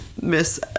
miss